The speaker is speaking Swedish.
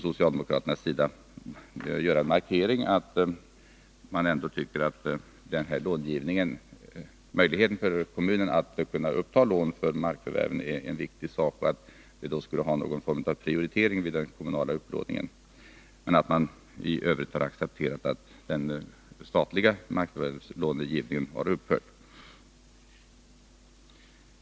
Socialdemokraterna vill göra en markering av att de tycker att möjligheterna för kommunerna att uppta lån för markförvärven är viktig. De vill därför ha någon form av prioritering vid den kommunala upplåningen. Men i övrigt har de accepterat att den statliga markförvärvslångivningen har upphört.